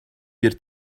bir